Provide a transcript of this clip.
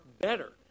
better